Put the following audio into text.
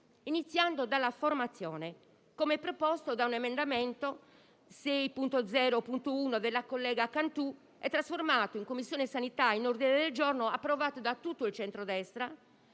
iniziando dalla formazione, come proposto dall'emendamento 6.0.1, della collega Cantù, trasformato in Commissione sanità in un ordine del giorno, approvato da tutto il centrodestra.